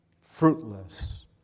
fruitless